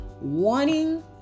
wanting